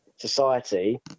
society